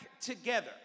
together